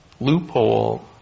loophole